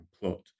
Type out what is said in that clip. plot